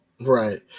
Right